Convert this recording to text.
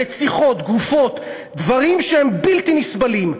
רציחות, גופות, דברים שהם בלתי נסבלים.